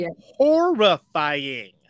horrifying